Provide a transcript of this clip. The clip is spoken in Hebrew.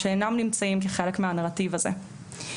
שאינם נמצאים כחלק מהנרטיב הזה.